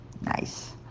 nice